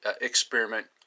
experiment